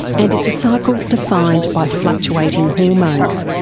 and it's a cycle defined by fluctuating hormones.